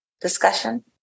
Discussion